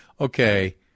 Okay